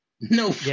no